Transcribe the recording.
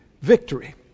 victory